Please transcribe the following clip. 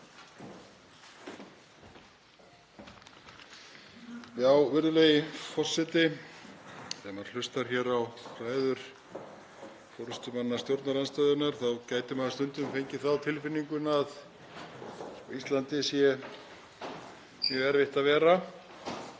Virðulegi forseti. Þegar maður hlustar á ræður forystumanna stjórnarandstöðunnar þá gæti maður stundum fengið það á tilfinninguna að á Íslandi sé mjög erfitt að vera.